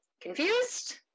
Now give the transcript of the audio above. Confused